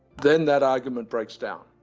then that argument breaks down,